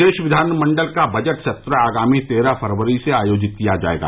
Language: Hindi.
प्रदेश विधानमंडल का बजट सत्र आगामी तेरह फरवरी से आयोजित किया जाएगा